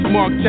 Mark